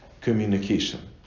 communication